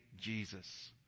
Jesus